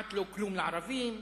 כמעט לא כלום לערבים,